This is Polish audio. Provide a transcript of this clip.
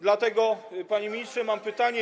Dlatego, panie ministrze, mam pytanie.